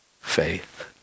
faith